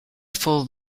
full